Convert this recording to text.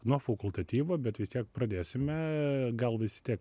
nuo fakultatyvo bet vis tiek pradėsime gal vis tiek